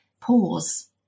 pause